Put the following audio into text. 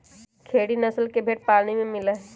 खेरी नस्ल के भेंड़ पाली में मिला हई